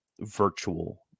virtual